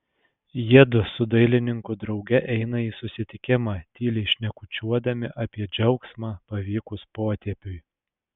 jiedu su dailininku drauge eina į susitikimą tyliai šnekučiuodami apie džiaugsmą pavykus potėpiui